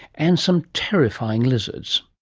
and some terrifying lizards.